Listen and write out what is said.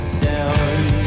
sound